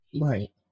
Right